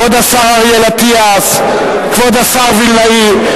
כבוד השר אריאל אטיאס, כבוד השר וילנאי.